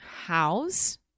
house